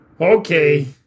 Okay